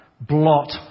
blot